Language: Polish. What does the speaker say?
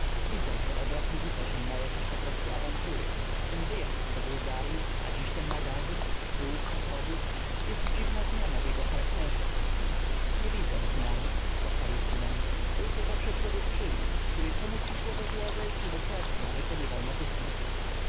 widzę że od roku rzuca się na jakieś poprostu awantury ten wyjazd do bułgaryi a dziś ten magazyn spółka powóz jest dziwna zmiana w jego charakterze nie widzę zmiany odparł szuman byłto zawsze człowiek czynu który co mu przyszło do głowy czy do serca wykonywał natychmiast